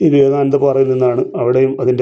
വിവേകാനന്ദ പാറയിൽ നിന്നാണ് അവിടെയും അതിൻ്റെ